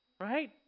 right